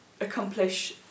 accomplish